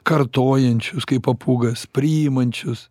kartojančius kaip papūgas priimančius